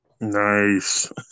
Nice